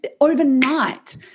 overnight